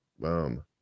Boom